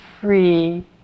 free